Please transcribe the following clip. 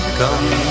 come